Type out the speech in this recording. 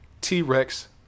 T-Rex